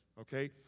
okay